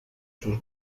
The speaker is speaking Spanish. sus